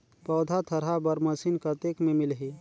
पौधा थरहा बर मशीन कतेक मे मिलही?